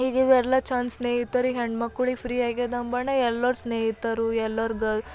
ಈಗ ಇವೆಲ್ಲ ಚಾನ್ಸ್ ಸ್ನೇಹಿತರಿಗೆ ಹೆಣ್ಣು ಮಕ್ಳಿಗೆ ಫ್ರೀ ಆಗ್ಯಾದಂಬಣ ಎಲ್ಲರೂ ಸ್ನೇಹಿತರು ಎಲ್ಲರಿಗೂ